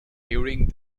during